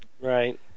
Right